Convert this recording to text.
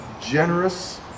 generous